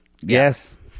Yes